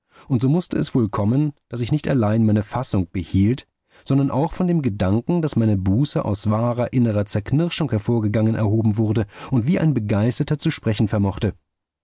und so mußte es wohl kommen daß ich nicht allein meine fassung behielt sondern auch von dem gedanken daß meine buße aus wahrer innerer zerknirschung hervorgegangen erhoben wurde und wie ein begeisterter zu sprechen vermochte